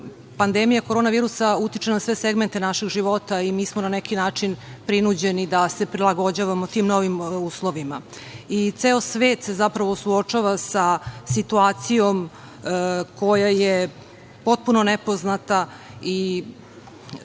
pandemija korona virusa utiče na sve segmente našeg života i mi smo na neki način prinuđeni da se prilagođavamo tim novim uslovima. Ceo svet se zapravo suočava sa situacijom koja je potpuno nepoznata i bori